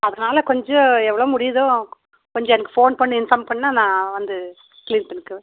அதனால் கொஞ்சம் எவ்வளோ முடியுதோ கொஞ்சம் எனக்கு ஃபோன் பண்ணி இன்ஃபார்ம் பண்ணிணா நான் வந்து ஸ்கீம் பண்ணிக்குவேன்